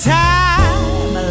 time